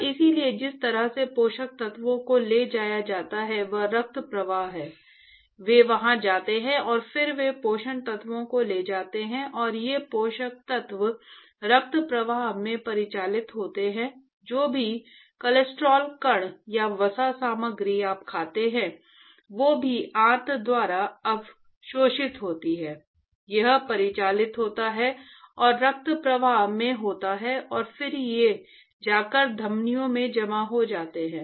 और इसलिए जिस तरह से पोषक तत्वों को ले जाया जाता है वह रक्त प्रवाह है वे वहां जाते हैं और फिर वे पोषक तत्वों को ले जाते हैं और ये पोषक तत्व रक्त प्रवाह में परिचालित होते हैं जो भी कोलेस्ट्रॉल कण या वसा सामग्री आप खाते हैं जो भी आंत द्वारा अवशोषित होती है यह परिचालित होता है और रक्त प्रवाह में होता है और फिर ये जाकर धमनियों में जमा हो जाते हैं